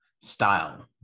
style